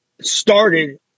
started